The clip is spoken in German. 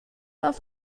auf